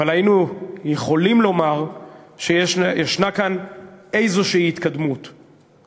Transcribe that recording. אבל היינו יכולים לומר שיש כאן התקדמות כלשהי.